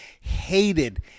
hated